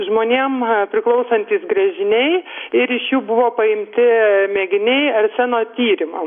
žmonėm priklausantys brėžiniai ir iš jų buvo paimti mėginiai arseno tyrimam